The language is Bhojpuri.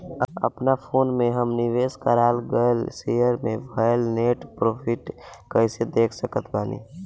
अपना फोन मे हम निवेश कराल गएल शेयर मे भएल नेट प्रॉफ़िट कइसे देख सकत बानी?